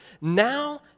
Now